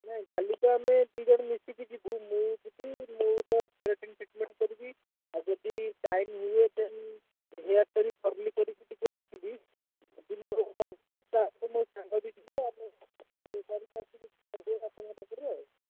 ନାହିଁ କାଲି ତ ଆମେ ଦୁଇ ଜଣ ମିଶିକି ଯିବୁ ମୁଁ ଯିବି ମୋର ଟ୍ରିଟ୍ମେଣ୍ଟ୍ କରିବି ଆଉ ଯଦି ଟାଇମ୍ ହୁଏ ଦେନ୍ ହେୟାର୍ଟା କରିଲି କରିକି ଟିକେ ଆସିବି ଯଦି ମୋର ଭଲ ହେଲା ତା'ପରେ ମୋ ସାଙ୍ଗ ବି ଯିବେ କରିକି ଆସିବୁ ଆପଣଙ୍କ ପାଖରୁ ଆଉ